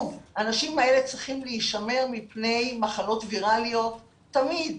האנשים האלה צריכים להישמר מפני מחלות ויראליות תמיד,